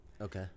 Okay